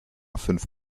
fünf